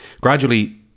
gradually